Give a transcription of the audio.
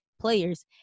players